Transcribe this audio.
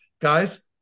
Guys